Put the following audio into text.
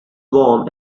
warm